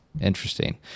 interesting